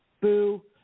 boo